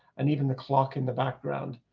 and even the clock in the background,